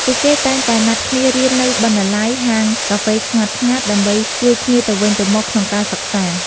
ពួកគេតែងតែណាត់គ្នារៀននៅបណ្ណាល័យ ហាងកាហ្វេស្ងាត់ៗ ដើម្បីជួយគ្នាទៅវិញទៅមកក្នុងការសិក្សា។